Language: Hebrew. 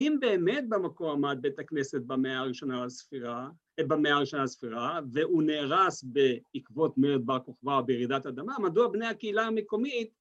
‫אם באמת במקור עמד בית הכנסת ‫במאה הראשונה לספירה, ‫במאה הראשונה לספירה, ‫והוא נהרס בעקבות מרד בר כוכבא ‫בירידת אדמה, ‫מדוע בני הקהילה המקומית...